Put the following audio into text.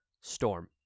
Storm